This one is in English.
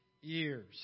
years